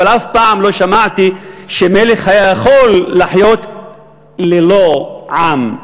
אבל אף פעם לא שמעתי שמלך היה יכול לחיות ללא עם.